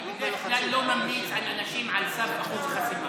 אני בדרך כלל לא ממליץ על אנשים על סף אחוז חסימה.